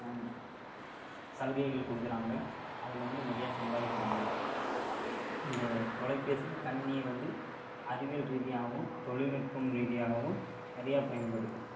சலுகைகள் கொடுக்கறாங்க அதில் வந்து நிறையா சம்பாதிக்கறாங்க இந்த தொலைபேசியும் கணினியும் வந்து அறிவியல் ரீதியாகவும் தொழில்நுட்பம் ரீதியாகவும் நிறையா பயன்படுது